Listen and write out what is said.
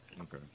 Okay